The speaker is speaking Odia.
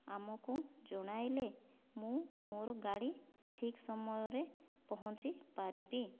ଆମକୁ ଜଣାଇଲେ ମୁଁ ମୋର ଗାଡ଼ି ଠିକ୍ ସମୟରେ ପହଞ୍ଚିପାରିବି